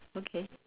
okay